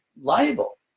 liable